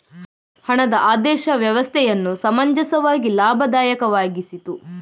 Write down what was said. ಹಣದ ಆದೇಶ ವ್ಯವಸ್ಥೆಯನ್ನು ಸಮಂಜಸವಾಗಿ ಲಾಭದಾಯಕವಾಗಿಸಿತು